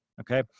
Okay